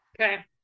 Okay